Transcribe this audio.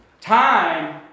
Time